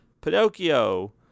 Pinocchio